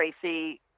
Tracy